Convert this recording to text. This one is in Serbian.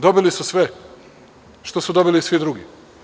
Dobili su sve što su dobili i svi drugi.